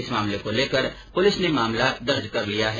इस मामले को लेकर पुलिस ने मामला दर्ज किया है